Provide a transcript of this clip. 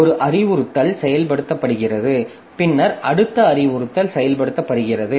ஒரு அறிவுறுத்தல் செயல்படுத்தப்படுகிறது பின்னர் அடுத்த அறிவுறுத்தல் செயல்படுத்தப்படுகிறது